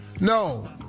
No